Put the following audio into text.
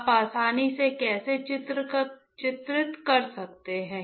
आप आसानी से कैसे चित्रित कर सकते हैं